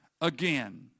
again